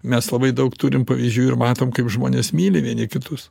mes labai daug turim pavyzdžių ir matom kaip žmonės myli vieni kitus